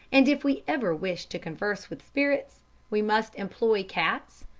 and if we ever wish to converse with spirits we must employ cats,